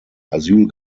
asyl